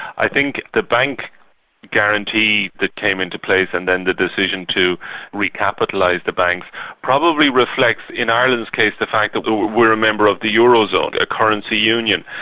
i think the bank guarantee that came into place and then the decision to recapitalise the banks probably reflects in ireland's case the fact that we're we're a member of the eurozone, a currency union,